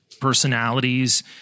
personalities